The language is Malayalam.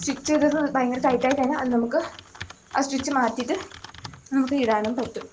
സ്റ്റിച്ച് ചെയ്തത് ഭയങ്കര ടൈറ്റായി കഴിഞ്ഞാൽ അത് നമുക്ക് ആ സ്റ്റിച്ച് മാറ്റിയിട്ട് നമുക്ക് ഇടാനും പറ്റും